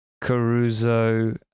Caruso